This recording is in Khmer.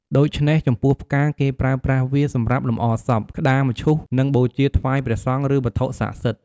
ដូច្នេះ ចំពោះផ្កា គេប្រើប្រាស់វាសម្រាប់លម្អសព ក្ដារមឈូស និងបូជាថ្វាយព្រះសង្ឃ ឬវត្ថុស័ក្តិសិទ្ធិ។